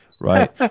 Right